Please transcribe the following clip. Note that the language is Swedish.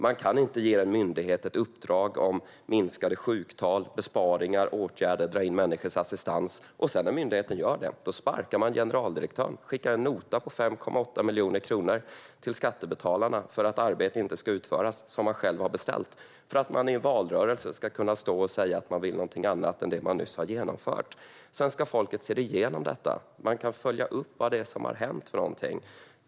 Man kan inte ge en myndighet ett uppdrag om minskade sjuktal, besparingar och åtgärder och dra in människors assistans för att sedan, när myndigheten gör det, sparka generaldirektören och skicka en nota på 5,8 miljoner kronor till skattebetalarna för att arbete som man själv har beställt inte ska utföras - för att man i en valrörelse ska kunna säga att man vill något annat än det man nyss har genomfört. Svenska folket ser igenom detta. Det går att följa upp vad som har hänt.